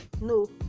no